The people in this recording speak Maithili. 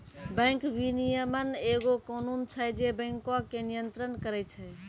बैंक विनियमन एगो कानून छै जे बैंको के नियन्त्रण करै छै